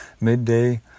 midday